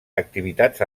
activitats